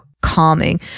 calming